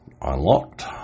Unlocked